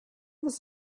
this